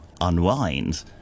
unwind